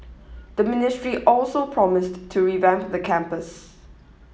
the ministry also promised to revamp the campus